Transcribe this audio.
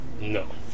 No